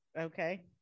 okay